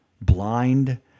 blind